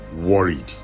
worried